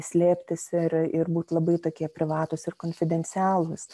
slėptis ir ir būti labai tokie privatūs ir konfidencialūs